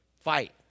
fight